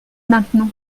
maintenant